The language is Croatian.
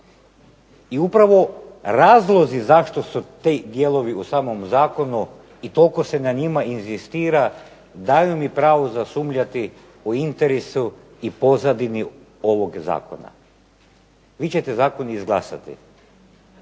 I upravo razlozi zašto su ti dijelovi u samom zakonu i toliko se na njima inzistira daju mi pravo za sumnjati o interesu i pozadini ovog zakona. Vi ćete zakon izglasati,